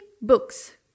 books